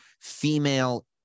female